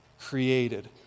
created